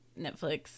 netflix